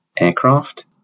aircraft